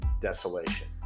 desolation